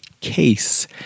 case